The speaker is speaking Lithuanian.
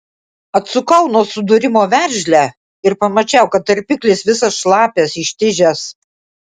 atsukau nuo sudūrimo veržlę ir pamačiau kad tarpiklis visas šlapias ištižęs